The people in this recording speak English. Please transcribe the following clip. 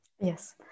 Yes